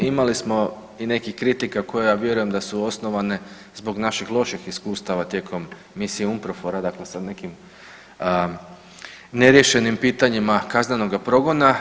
Imali smo i nekih kritika koje ja vjerujem da su osnovane zbog naših loših iskustava tijekom misije UMPROFOR-a dakle sa nekim neriješenim pitanjima kaznenoga progona.